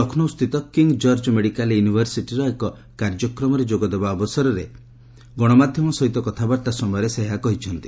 ଲକ୍ଷ୍ମୌସ୍ଥିତ King George medical ୟୁନିଭର୍ସିଟିର ଏକ କାର୍ଯ୍ୟକ୍ରମରେ ଯୋଗଦେବା ଅବସରରେ ଗରମାଧ୍ୟମ ସହିତ କଥାବାର୍ତ୍ତା ସମୟରେ ସେ ଏହା କହିଛନ୍ତି